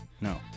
no